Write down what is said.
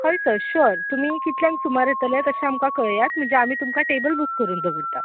हय sir sure तुमी कितल्यांग सुमार येतले तशें आमकां कळयात म्हणजे आमी तुमकां टेबल बूक करून दवरता